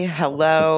hello